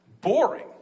Boring